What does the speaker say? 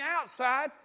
outside